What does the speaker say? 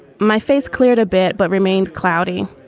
my face cleared a bit, but remained cloudy.